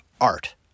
art